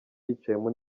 yicayemo